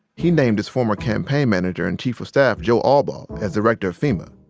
he named his former campaign manager and chief of staff, joe ah allbaugh, as director of fema.